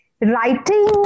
writing